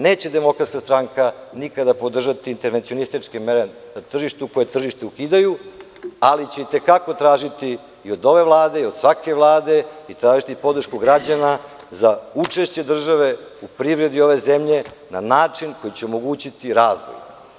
Neće DS nikada podržati internacionalističke mere na tržištu koje tržišta ukidaju, ali će i te kako tražiti i od ove Vlade i od svake Vlade i tražiti podršku građana za učešće države u privredi ove zemlje na način koji će omogućiti razvoj.